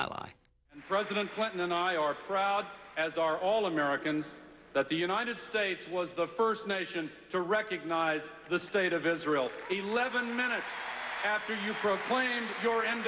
clinton and i are proud as are all americans that the united states was the first nation to recognize the state of israel eleven minutes